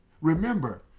Remember